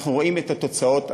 אנחנו רואים את התוצאות היום.